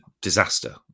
disaster